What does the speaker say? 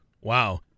Wow